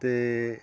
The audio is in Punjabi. ਅਤੇ